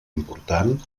important